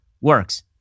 works